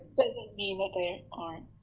doesn't mean that there aren't.